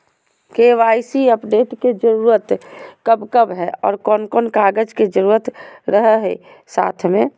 KYC update के जरूरत कब कब है और कौन कौन कागज के जरूरत रहो है साथ में?